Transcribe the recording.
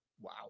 Wow